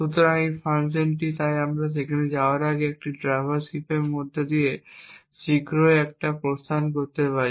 সুতরাং এই ফাংশনটি তাই আমরা সেখানে যাওয়ার আগে আমরা ট্র্যাভার্স হিপের পরে শীঘ্রই এখানে একটি প্রস্থান করতে পারি